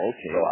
Okay